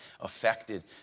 affected